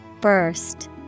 Burst